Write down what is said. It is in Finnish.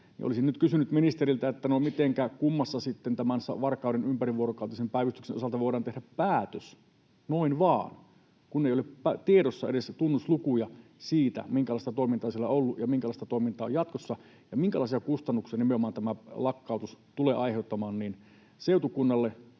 Olisin nyt kysynyt ministeriltä, miten kummassa sitten tämän Varkauden ympärivuorokautisen päivystyksen osalta voidaan tehdä päätös noin vain, kun ei ole tiedossa edes tunnuslukuja siitä, minkälaista toimintaa siellä on ollut ja minkälaista toimintaa on jatkossa ja minkälaisia kustannuksia nimenomaan tämä lakkautus tulee aiheuttamaan seutukunnalle,